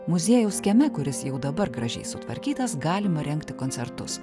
muziejaus kieme kuris jau dabar gražiai sutvarkytas galima rengti koncertus